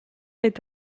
est